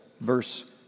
verse